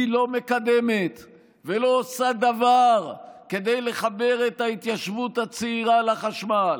היא לא מקדמת ולא עושה דבר כדי לחבר את ההתיישבות הצעירה לחשמל.